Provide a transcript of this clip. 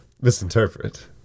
misinterpret